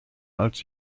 als